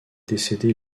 décédé